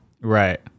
Right